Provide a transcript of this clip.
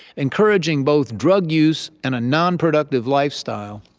encouraging both drug use and a non-productive lifestyle,